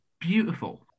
beautiful